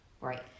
Right